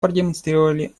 продемонстрировали